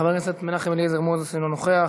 חבר הכנסת מנחם אליעזר מוזס, אינו נוכח.